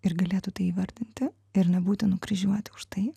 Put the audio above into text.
ir galėtų tai įvardinti ir nebūti nukryžiuoti už tai